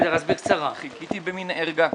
חיכיתי במין ערגה.